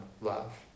love